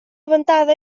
ventada